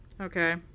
Okay